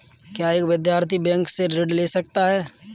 क्या एक विद्यार्थी बैंक से ऋण ले सकता है?